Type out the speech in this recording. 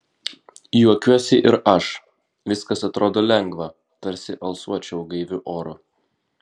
juokiuosi ir aš viskas atrodo lengva tarsi alsuočiau gaiviu oru